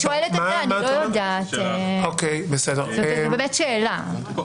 זאת באמת שאלה.